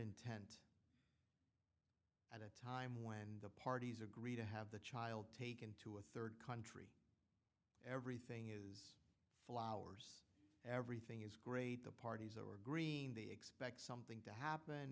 intent at a time when the parties agree to have the child taken to a third country everything flowers everything is great the party's over green they expect something to happen